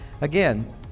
again